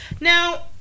Now